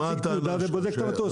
מציג תעודה ובודק את המטוס.